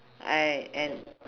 I and